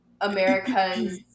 America's